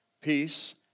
peace